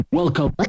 welcome